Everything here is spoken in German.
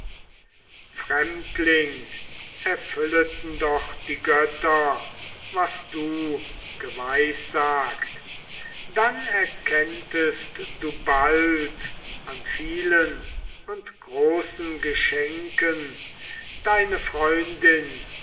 fremdling erfülleten doch die götter was du geweissagt dann erkenntest du bald an vielen und großen geschenken deine freundin